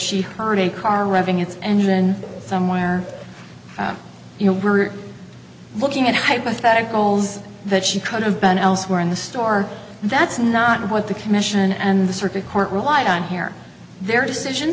she heard a car revving its engine somewhere you know we're looking at hypotheticals that she could have been elsewhere in the store that's not what the commission and the circuit court relied on here their decision